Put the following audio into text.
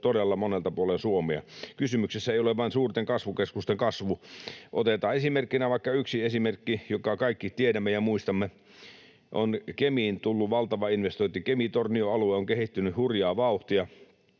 todella monelta puolen Suomea. Kysymyksessä ei ole vain suurten kasvukeskusten kasvu. Otetaan vaikka yksi esimerkki, jonka kaikki tiedämme ja muistamme: Kemiin on tullut valtava investointi, Kemi—Tornio-alue on kehittynyt hurjaa vauhtia.